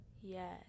Yes